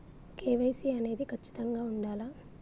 KYC అనేది ఖచ్చితంగా ఉండాలా?